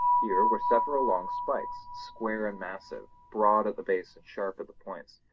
here were several long spikes, square and massive, broad at the base and sharp at the points,